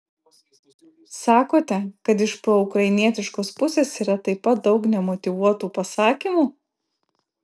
sakote kad iš proukrainietiškos pusės yra taip pat daug nemotyvuotų pasakymų